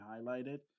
highlighted